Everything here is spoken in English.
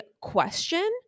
question